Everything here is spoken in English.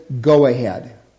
go-ahead